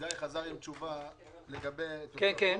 גיא גולדמן חזר עם תשובה לגבי תושבי חוץ.